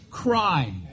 crime